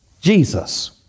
Jesus